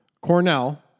Cornell